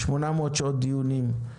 800 שעות דיונים,